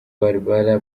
barbara